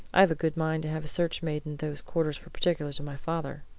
i've a good mind to have a search made in those quarters for particulars of my father.